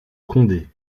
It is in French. condé